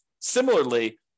Similarly